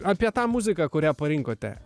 apie tą muziką kurią parinkote